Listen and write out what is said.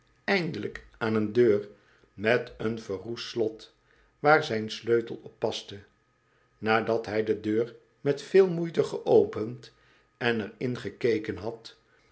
eindelyk aan een deur met een verroest slot waar zijn sleutel op paste nadat hij de deur met veel moeite geopend en er in gekeken had